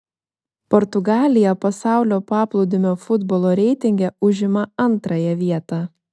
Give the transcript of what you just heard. portugalija pasaulio paplūdimio futbolo reitinge užima antrąją vietą